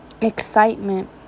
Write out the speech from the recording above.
excitement